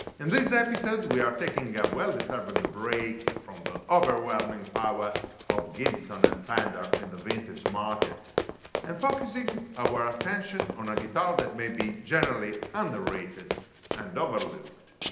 in this episode we are taking a well-deserved but break from the overwhelming power of gibson and fender in the vintage market and focusing our attention on a guitar that may be generally underrated and overlooked.